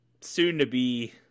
soon-to-be